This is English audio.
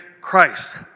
Christ